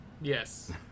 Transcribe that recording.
Yes